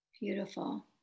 Beautiful